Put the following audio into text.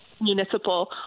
Municipal